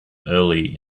early